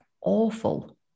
awful